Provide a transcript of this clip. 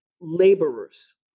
laborers